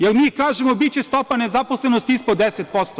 Da li mi kažemo - biće stopa nezaposlenosti ispod 10%